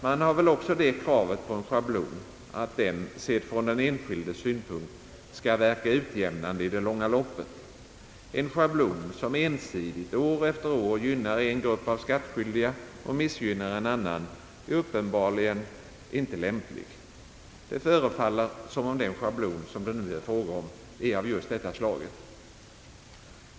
Man ställer väl också det kravet på en schablon att den, sedd från den enskildes synpunkt, skall verka utjämnande i det långa loppet. En schablon som ensidigt år efter år gynnar en grupp av skattskyldiga och missgynnar en annan är uppenbarligen inte lämplig. Det förefaller mig som om den schablon det just nu är fråga om är av detta slag.